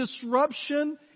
disruption